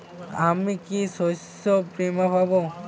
আমি কি শষ্যবীমা পাব?